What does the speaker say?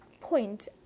point